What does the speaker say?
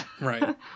Right